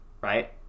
right